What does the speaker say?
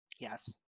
Yes